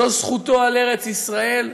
זו זכותו על ארץ-ישראל,